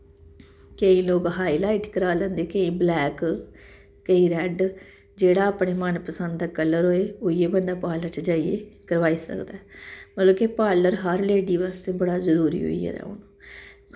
केईं लोक हाईलाइट कराई लैंदे केईं ब्लैक केईं रैड्ड जेह्ड़ा अपना मनपसंद दा कलर होए उ'ऐ बंदा बेचारी च जाइयै करवाई सकदा ऐ मतलब कि पार्लर हर लेडी बास्तै बड़ा जरूरी होई गेदा ऐ हून